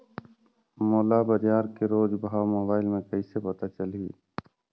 मोला बजार के रोज भाव मोबाइल मे कइसे पता चलही?